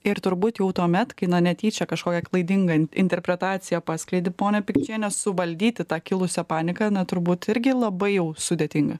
ir turbūt jau tuomet kai na netyčia kažkokią klaidingą interpretaciją paskleidi ponia pikčiene suvaldyti tą kilusią paniką na turbūt irgi labai jau sudėtinga